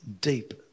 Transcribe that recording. Deep